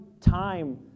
time